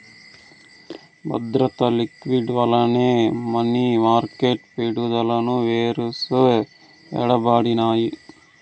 బద్రత, లిక్విడిటీ వల్లనే money market పెట్టుబడులు వేరుసేయబడినాయి